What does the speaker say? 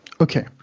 Okay